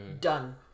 done